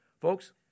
Folks